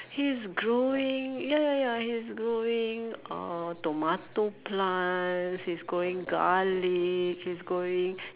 he's growing ya ya ya he's growing uh tomato plants he's growing garlic he's growing